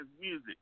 music